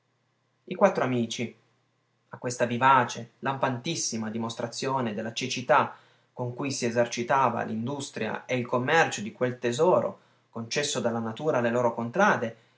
i quattro amici a questa vivace lampantissima dimostrazione della cecità con cui si esercitava l'industria e il commercio di quel tesoro concesso dalla natura alle loro contrade